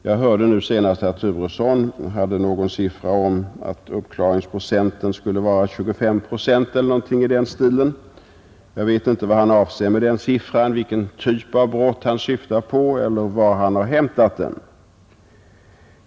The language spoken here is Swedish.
Jag hörde nu senast herr Turesson säga att uppklaringsprocenten skulle vara 25 procent eller något sådant. Jag vet inte vad han avser med den siffran, vilken typ av brott han syftar på eller varifrån han har hämtat den.